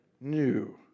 new